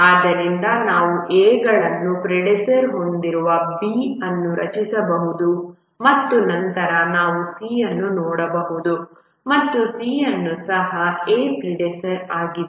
ಆದ್ದರಿಂದ ನಾವು A ಗಳನ್ನುಪ್ರಿಡೆಸೆಸ್ಸರ್ ಹೊಂದಿರುವ B ಅನ್ನು ರಚಿಸಬಹುದು ಮತ್ತು ನಂತರ ನಾವು C ಅನ್ನು ನೋಡಬಹುದು ಮತ್ತು C ಅನ್ನು ಸಹ A ಪ್ರಿಡೆಸೆಸ್ಸರ್ ಆಗಿದೆ